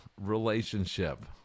relationship